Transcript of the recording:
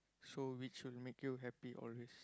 so which will make you happy always